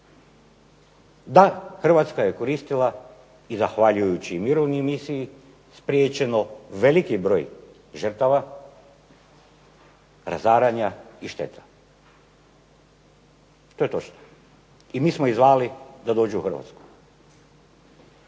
Da, Hrvatska je koristila i zahvaljujući mirovnoj misiji spriječeno veliki broj žrtava, razaranja i šteta. To je točno. I mi smo ih zvali da dođu u Hrvatsku.